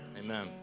Amen